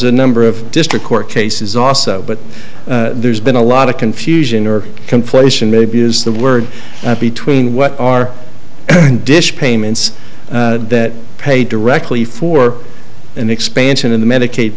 a number of district court cases also but there's been a lot of confusion or conflation maybe is the word between what are dish payments that pay directly for an expansion in the medicaid